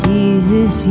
Jesus